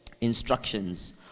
instructions